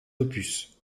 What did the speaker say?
opus